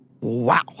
Wow